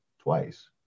twice